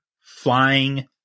flying